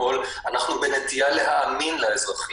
אתמול: אנחנו בנטייה להאמין לאזרחים.